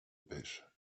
pêche